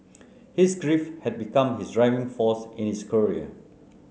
his grief had become his driving force in his career